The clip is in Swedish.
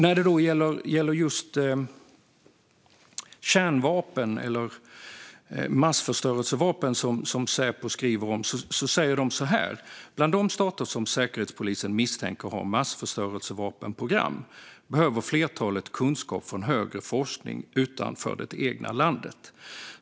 När det gäller just kärnvapen eller massförstörelsevapen skriver Säpo så här: "Bland de stater som Säkerhetspolisen misstänker har massförstörelsevapenprogram, behöver flertalet kunskap från högre forskning utanför det egna landet.